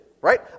Right